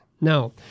Now